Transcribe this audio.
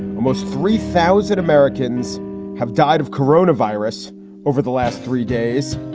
and almost three thousand americans have died of corona virus over the last three days.